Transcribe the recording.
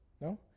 No